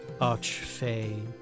archfey